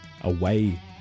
away